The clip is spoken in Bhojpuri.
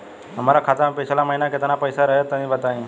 हमरा खाता मे पिछला महीना केतना पईसा रहे तनि बताई?